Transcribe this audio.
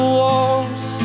walls